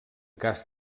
cas